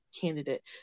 candidate